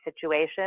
situation